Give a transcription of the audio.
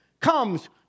comes